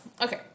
Okay